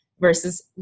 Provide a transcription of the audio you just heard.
versus